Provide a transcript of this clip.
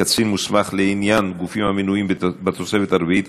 קצין מוסמך לעניין גופים המנויים בתוספת הרביעית),